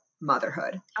motherhood